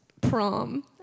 prom